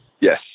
Yes